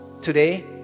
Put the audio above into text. Today